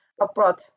abroad